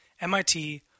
MIT